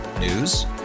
News